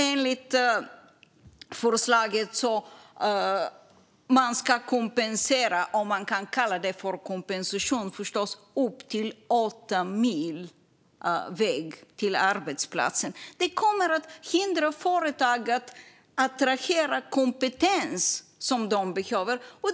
Enligt förslaget ska man kompensera - om man kan kalla det för kompensation - för resor till arbetsplatsen på upp till åtta mil. Detta kommer att hindra företag att attrahera kompetens som de behöver.